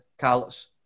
Carlos